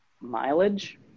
mileage